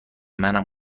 منم